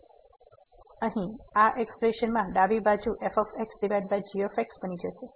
તેથી અહીં આ એક્સપ્રેશન માં ડાબી બાજુ f g બની જશે